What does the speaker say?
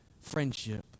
friendship